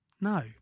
no